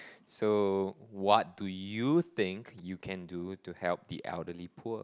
so what do you think you can do to help the elderly poor